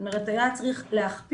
זאת אומרת היה צריך להכפיל.